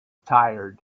tired